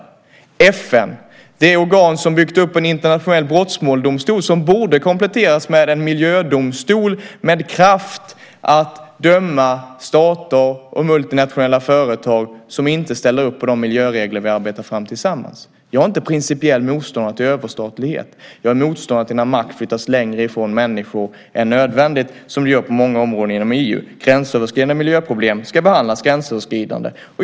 FN är också det organ som byggt upp en internationell brottmålsdomstol som borde kompletteras med en miljödomstol med kraft att döma stater och multinationella företag som inte ställer upp på de miljöregler vi arbetar fram tillsammans. Jag är inte principiell motståndare till överstatlighet. Jag är motståndare till när makt flyttas längre ifrån människor än nödvändigt, som den gör på många områden inom EU. Gränsöverskridande miljöproblem ska behandlas gränsöverskridande.